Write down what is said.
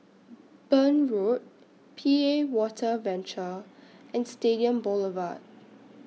Burn Road P A Water Venture and Stadium Boulevard